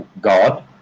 God